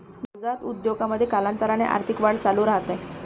नवजात उद्योजकतेमध्ये, कालांतराने आर्थिक वाढ चालू राहते